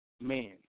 man